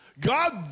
God